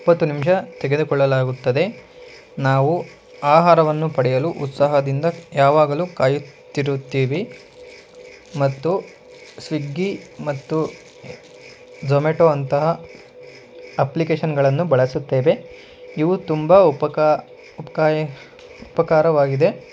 ಇಪ್ಪತ್ತು ನಿಮಿಷ ತೆಗೆದುಕೊಳ್ಳಲಾಗುತ್ತದೆ ನಾವು ಆಹಾರವನ್ನು ಪಡೆಯಲು ಉತ್ಸಾಹದಿಂದ ಯಾವಾಗಲೂ ಕಾಯುತ್ತಿರುತ್ತೀವಿ ಮತ್ತು ಸ್ವಿಗ್ಗಿ ಮತ್ತು ಝೊಮೆಟೊ ಅಂತಹ ಅಪ್ಲಿಕೇಶನ್ಗಳನ್ನು ಬಳಸುತ್ತೇವೆ ಇವು ತುಂಬ ಉಪಕಾ ಉಪ್ಕಾಯಿ ಉಪಕಾರವಾಗಿದೆ